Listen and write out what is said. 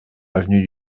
avenue